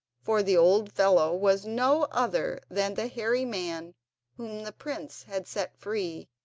for the old fellow was no other than the hairy man whom the prince had set free,